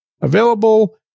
available